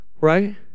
Right